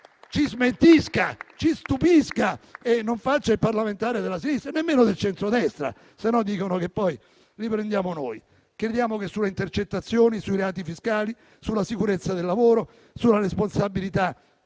ci smentisca, ci stupisca e non diventi parlamentare della sinistra, ma nemmeno del centrodestra, altrimenti dicono che li prendiamo noi. Crediamo che sulle intercettazioni, sui reati fiscali, sulla sicurezza del lavoro, sulla responsabilità